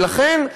ולכן,